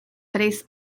tres